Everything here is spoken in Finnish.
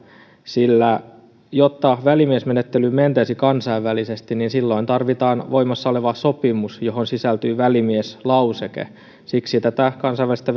sillä jotta välimiesmenettelyyn mentäisiin kansainvälisesti tarvitaan voimassa oleva sopimus johon sisältyy välimieslauseke siksi tätä kansainvälistä